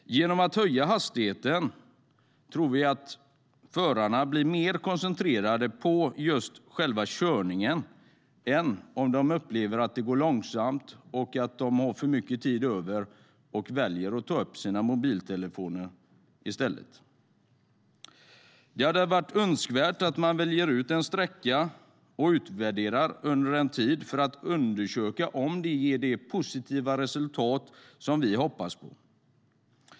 Genom att höja hastigheten tror vi att förarna blir mer koncentrerade på själva körningen än om de upplever att det går långsamt och att de har för mycket tid över och de då väljer att ta upp sina mobiltelefoner. Det vore önskvärt att man väljer ut en sträcka och utvärderar detta under en tid för att undersöka om det ger det positiva resultat som motionärerna hoppas på.